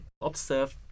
observe